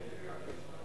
על